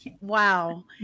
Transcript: wow